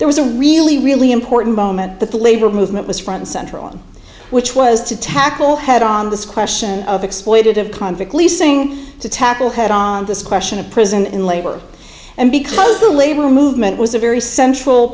there was a really really important moment that the labor movement was front and center on which was to tackle head on this question of exploitative convict leasing to tackle head on this question of prison and labor and because the labor movement was a very central